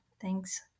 thanks